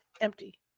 Empty